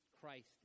Christ